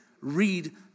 Read